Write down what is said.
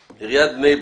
עיריית בני ברק,